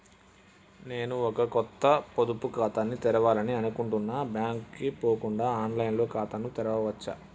నేను ఒక కొత్త పొదుపు ఖాతాను తెరవాలని అనుకుంటున్నా బ్యాంక్ కు పోకుండా ఆన్ లైన్ లో ఖాతాను తెరవవచ్చా?